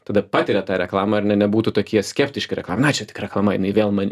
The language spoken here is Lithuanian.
tada patiria tą reklamą ar ne nebūtų tokie skeptiški reklamai na čia tik reklama jinai vėl man